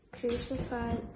crucified